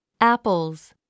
apples